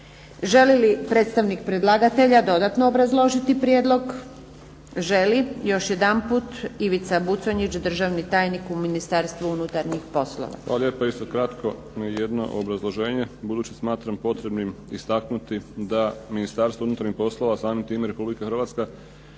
Želi li predstavnik predlagatelja dodatno obrazložiti prijedlog? Želi. Još jedanput, Ivica Buconjić, državni tajnik u Ministarstvu unutarnjih poslova. **Buconjić, Ivica (HDZ)** Hvala lijepa. Isto kratko jedno obrazloženje budući smatram potrebnim istaknuti da Ministarstvo unutarnjih poslova, samim time i Republika Hrvatska